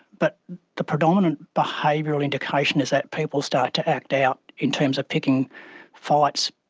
but the predominant behavioural indication is that people start to act out in terms of picking fights,